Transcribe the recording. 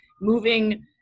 moving